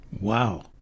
Wow